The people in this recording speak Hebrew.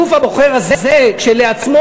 הגוף הבוחר הזה כשלעצמו,